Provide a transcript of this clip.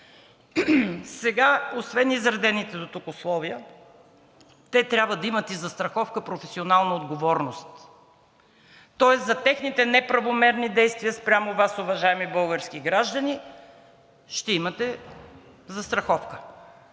Сега освен изредените дотук условия, те трябва да имат и застраховка „Професионална отговорност“, тоест за техните неправомерни действия спрямо Вас, уважаеми български граждани, ще имате застраховка,